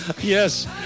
yes